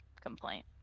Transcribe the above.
complaint